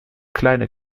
kleine